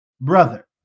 brother